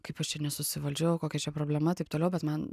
kaip aš čia nesusivaldžiau kokia čia problema taip toliau bet man